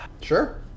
Sure